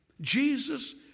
Jesus